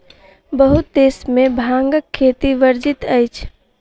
बहुत देश में भांगक खेती वर्जित अछि